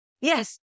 Yes